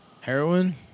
Heroin